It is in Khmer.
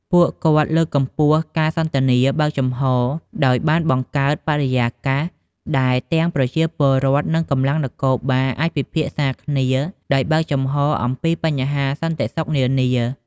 ពួកគាត់លើកកម្ពស់ការសន្ទនាបើកចំហរ ដោយបានបង្កើតបរិយាកាសដែលទាំងប្រជាពលរដ្ឋ និងកម្លាំងនគរបាលអាចពិភាក្សាគ្នាដោយបើកចំហរអំពីបញ្ហាសន្តិសុខនានា។